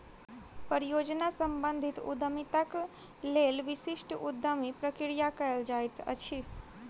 परियोजना सम्बंधित उद्यमिताक लेल विशिष्ट उद्यमी प्रक्रिया कयल जाइत अछि